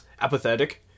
apathetic